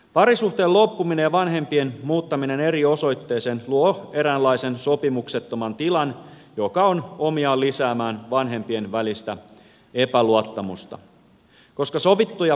parisuhteen loppuminen ja vanhempien muuttaminen eri osoitteisiin luo eräänlaisen sopimuksettoman tilan joka on omiaan lisäämään vanhempien välistä epäluottamusta koska sovittuja pelisääntöjä ei ole